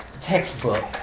textbook